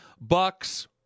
Bucks